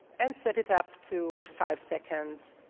and set it up to five seconds.